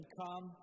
come